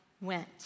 went